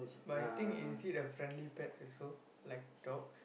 but I think is it a friendly pet also like dogs